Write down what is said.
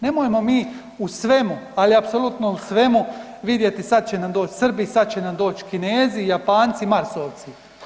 Nemojmo mi u svemu, ali apsolutno u svemu vidjeti, sad će nam doć Srbi, sad će nam doć Kinezi, Japanci, marsovci.